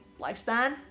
lifespan